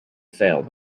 failed